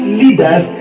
leaders